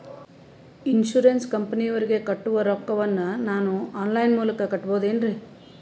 Insurance ಕಂಪನಿಯವರಿಗೆ ಕಟ್ಟುವ ರೊಕ್ಕ ವನ್ನು ನಾನು ಆನ್ ಲೈನ್ ಮೂಲಕ ಕಟ್ಟಬಹುದೇನ್ರಿ?